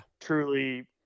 truly –